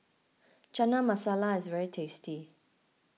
Chana Masala is very tasty